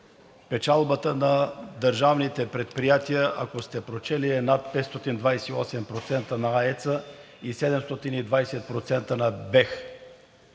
Печалбата на държавните предприятия, ако сте прочели, е над 528% на АЕЦ-а и 720% на БЕХ.